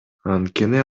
анткени